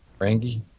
Rangi